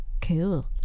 cool